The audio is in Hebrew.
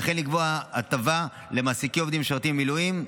וכן לקבוע הטבה למעסיקי עובדים המשרתים במילואים,